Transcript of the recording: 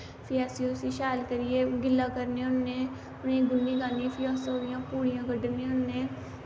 फ्ही अस उसी शैल करियै गिल्ला करने होने उनें गुन्नी गन्नियै फ्ही अस ओह्दियां पुड़ियां कड्ढने होन्ने